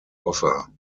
offer